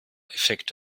effekt